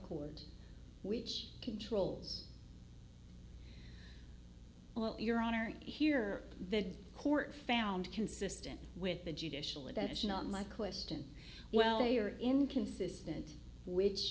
court which controls well your honor here the court found consistent with the judicial attention on my question well they are inconsistent which